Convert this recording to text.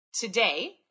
today